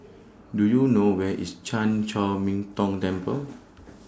Do YOU know Where IS Chan Chor Min Tong Temple